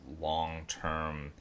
long-term